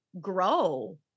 grow